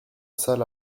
salle